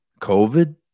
covid